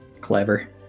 clever